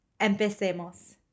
Empecemos